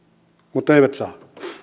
mutta eivät saaneet